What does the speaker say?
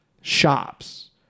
shops